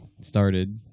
Started